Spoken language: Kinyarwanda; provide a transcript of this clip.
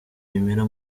bimera